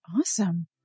awesome